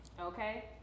Okay